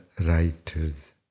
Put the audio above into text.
writers